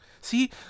see